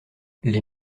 les